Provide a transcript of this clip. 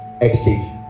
Exchange